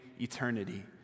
eternity